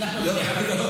אנחנו שני ערבים.